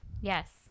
Yes